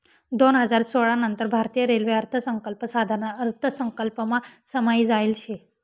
दोन हजार सोळा नंतर भारतीय रेल्वे अर्थसंकल्प साधारण अर्थसंकल्पमा समायी जायेल शे